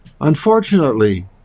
Unfortunately